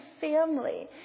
family